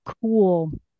cool